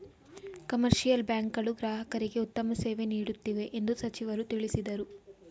commercial bank ಗಳು ಗ್ರಾಹಕರಿಗೆ ಉತ್ತಮ ಸೇವೆ ನೀಡುತ್ತಿವೆ ಎಂದು ಸಚಿವರು ತಿಳಿಸಿದರು